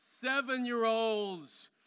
seven-year-olds